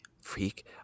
Freak